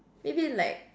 maybe like